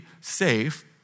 safe